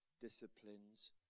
disciplines